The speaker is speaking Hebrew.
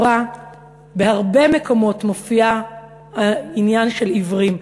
בהרבה מקומות מופיע העניין של עיוורים,